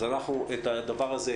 אז אנחנו את הדבר הזה,